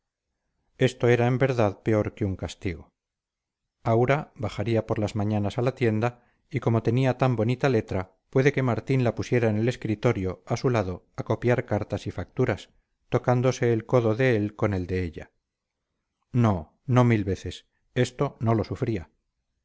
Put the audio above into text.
esto era en verdad peor que un castigo aura bajaría por las mañanas a la tienda y como tenía tan bonita letra puede que martín la pusiera en el escritorio a su lado a copiar cartas y facturas tocándose el codo de él con el de ella no no mil veces esto no lo sufría